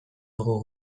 dugu